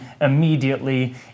immediately